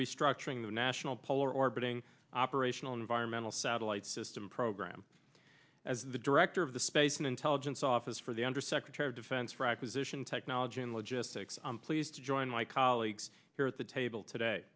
restructuring the national polar orbiting operational environmental satellite system program as the director of the space and intelligence office for the undersecretary of defense for acquisition technology and logistics i'm pleased to join my colleagues here at the table today